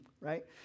right